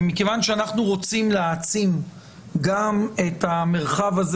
כיוון שאנחנו רוצים להעצים גם את המרחב הזה